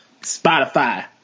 Spotify